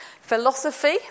philosophy